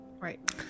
Right